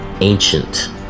ancient